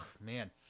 man